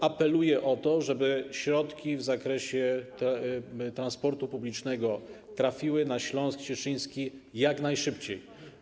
Apeluję o to, żeby środki w zakresie transportu publicznego trafiły na Śląsk Cieszyński jak najszybciej.